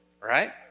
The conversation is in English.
right